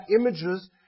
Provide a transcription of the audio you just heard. images